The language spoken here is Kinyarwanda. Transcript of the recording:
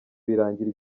birangira